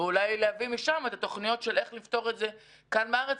ואולי להביא משם את התוכניות של איך לפתור את זה כאן בארץ.